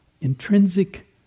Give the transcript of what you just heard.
intrinsic